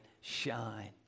shine